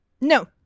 No